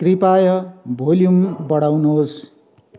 कृपया भोल्युम बढाउनुहोस्